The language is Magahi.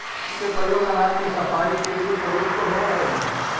सूप के प्रयोग अनाज के सफाई के लिए प्रयुक्त होवऽ हई